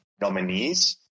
nominees